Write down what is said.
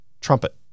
trumpet